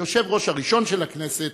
היושב-ראש הראשון של הכנסת,